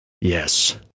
Yes